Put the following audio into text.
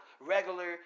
regular